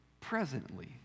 presently